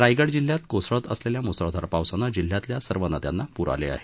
रायगड जिल्ह्यात कोसळत असलेल्या म्सळधार पावसानं जिल्हयातल्या सर्व नद्यांना प्र आले आहेत